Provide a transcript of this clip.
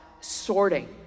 sorting